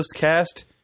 cast